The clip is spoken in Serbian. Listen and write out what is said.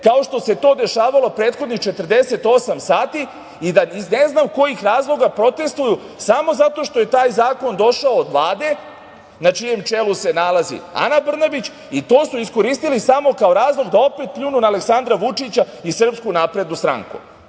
kao što se to dešavalo prethodnih 48 sati i da iz ne znam kojih razloga protestuju samo zato što je taj zakon došao od Vlade na čijem čelu se nalazi Ana Brnabić i to su iskoristili samo kao razlog da opet pljunu na Aleksandra Vučića i SNS.Šta je problem